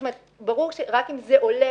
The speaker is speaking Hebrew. כלומר, ברור שרק אם עולה